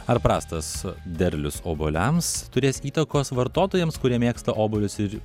ar prastas derlius obuoliams turės įtakos vartotojams kurie mėgsta obuolius ir